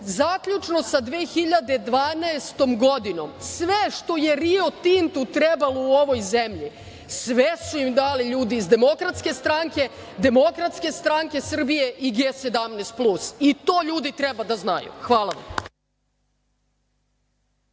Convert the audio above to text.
Zaključno sa 2012. godinom, sve što je „Rio Tintu“ trebalo u ovoj zemlji, sve su im dali ljudi iz Demokratske stranke, Demokratske stranke Srbije i G17 plus. I to ljudi treba da znaju. Hvala vam.